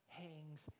hangs